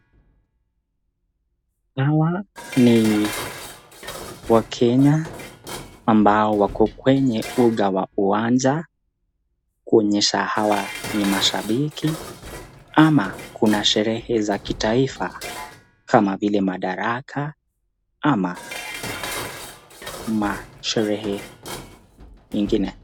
Hawa ni wakenya ambao wako kwenye uga wa kiwanja, kuonyesha hawa ni mashabiki ama kuna sherehe za kitaifa kama vile Madaraka ama masherehe ingine.